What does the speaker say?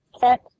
Cat